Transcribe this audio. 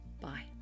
bye